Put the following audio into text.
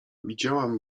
widziałam